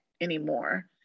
anymore